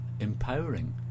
empowering